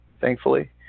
thankfully